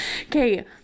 Okay